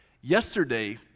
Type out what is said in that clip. Yesterday